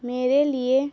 میرے لیے